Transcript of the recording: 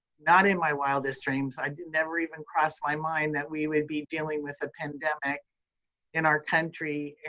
not in my wildest dreams, i didn't ever even cross my mind that we would be dealing with a pandemic in our country.